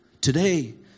Today